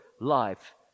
life